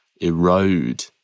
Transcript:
erode